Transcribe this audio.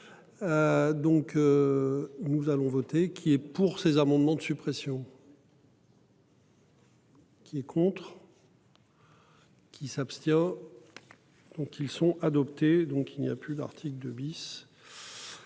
Donc. Nous allons voter qui est pour ces amendements de suppression. Qui est contre. Qui s'abstient. Donc ils sont adoptés. Donc il n'y a plus d'2 bis.